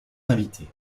invités